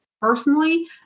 personally